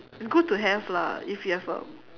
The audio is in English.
it's good to have lah if you have a